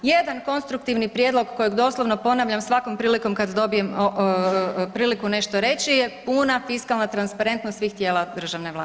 Jedan konstruktivni prijedlog kojeg doslovno ponavljam svakom prilikom kad odbijem priliku nešto reći je puna fiskalna transparentnost svih tijela državne vlasti.